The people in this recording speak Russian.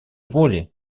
воли